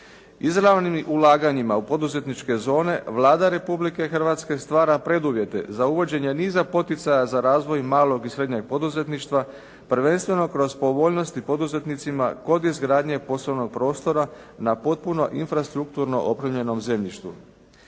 Izravnim ulaganjima u poduzetničke zone Vlada Republike Hrvatske stvara preduvjete za uvođenje niza poticaja za razvoj malog i srednjeg poduzetništva, prvenstveno kroz povoljnosti poduzetnicima kod izgradnje poslovnog prostora na potpuno infrastrukturno opremljenom zemljištu.